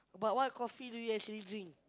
but what coffee do you actually drink